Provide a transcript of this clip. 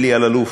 אלי אלאלוף,